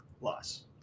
Loss